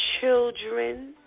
children